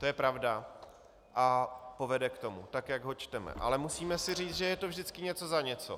To je pravda a povede k tomu, tak jak ho čteme ale musíme si říct, že je to vždycky něco za něco.